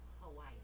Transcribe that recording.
Hawaii